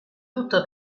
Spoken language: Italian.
tutto